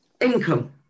Income